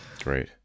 Great